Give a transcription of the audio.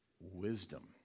wisdom